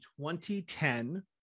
2010